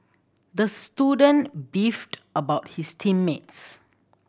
the student beefed about his team mates